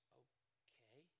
okay